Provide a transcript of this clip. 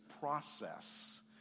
process